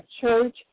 church